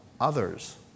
others